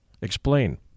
Explain